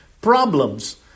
problems